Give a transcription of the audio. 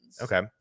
Okay